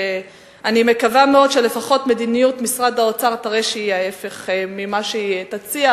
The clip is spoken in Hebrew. ואני מקווה מאוד שלפחות מדיניות המשרד תראה שהיא ההיפך ממה שתציע,